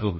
तो